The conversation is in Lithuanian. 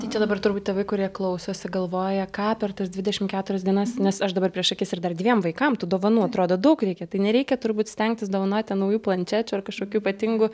tai čia dabar turbūt tėvai kurie klausosi galvoja ką per tas dvidešimt keturias dienas nes aš dabar prieš akis ir dar dviem vaikam tų dovanų atrodo daug reikia tai nereikia turbūt stengtis dovanot ten naujų planšečių ar kažkokių ypatingų